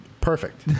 Perfect